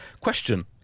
question